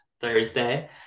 Thursday